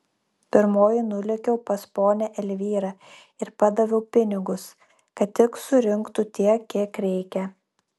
pirmoji nulėkiau pas ponią elvyrą ir padaviau pinigus kad tik surinktų tiek kiek reikia